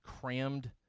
crammed